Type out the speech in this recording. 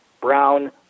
Brown